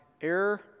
Error